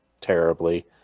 terribly